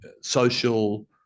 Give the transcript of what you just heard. social